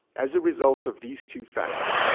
as a result of these two facts,